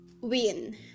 win